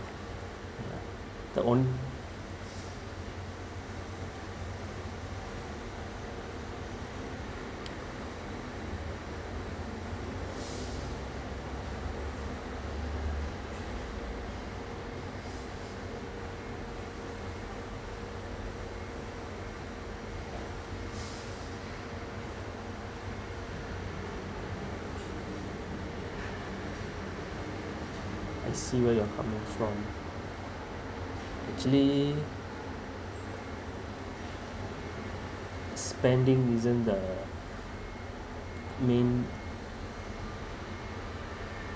that one I see where you are coming from actually spending isn't the main